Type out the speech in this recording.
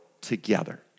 together